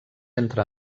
entre